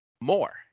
more